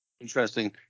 Interesting